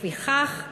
לפיכך,